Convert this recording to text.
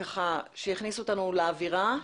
שיכניסו אותנו לאווירה,